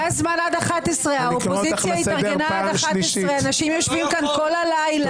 היה זמן עד 11. האופוזיציה התארגנה עד 11. אנשים יושבים כאן כל הלילה.